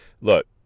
Look